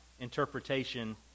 interpretation